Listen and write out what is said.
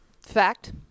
Fact